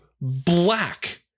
Black